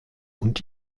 und